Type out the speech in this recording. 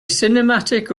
cinematic